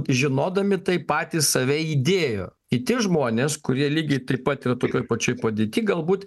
žinodami tai patys save įdėjo kiti žmonės kurie lygiai taip pat ir tokioj pačioj padėty galbūt